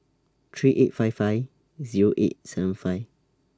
three eight five five Zero eight seven five